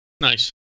Nice